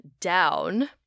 down